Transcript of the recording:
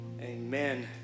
Amen